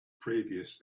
previous